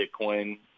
Bitcoin